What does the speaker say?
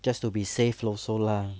just to be safe also lah